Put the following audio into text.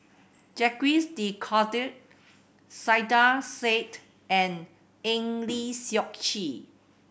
Jacques De Coutre Saiedah Said and Eng Lee Seok Chee